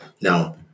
Now